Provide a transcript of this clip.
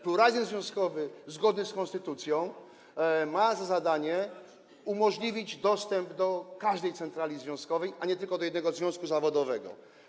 Pluralizm związkowy zgodny z konstytucją ma za zadanie umożliwić dostęp do każdej centrali związkowej, a nie tylko do jednego związku zawodowego.